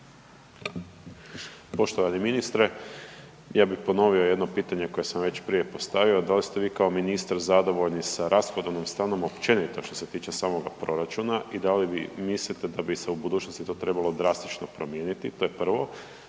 Poštovani ministre, ja bi ponovio jedno pitanje koje sam već prije postavio. Da li ste vi kao ministar zadovoljni sa rashodovnom stranom općenito što se tiče samoga proračuna i da li vi mislite da bi se u budućnosti to trebalo drastično promijeniti? To je prvo.